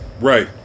right